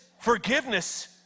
forgiveness